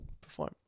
perform